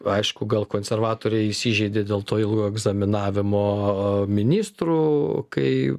aišku gal konservatoriai įsižeidė dėl to ilgo egzaminavimo ministrų kai